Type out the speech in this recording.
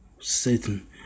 Satan